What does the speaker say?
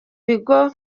bigo